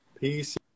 Peace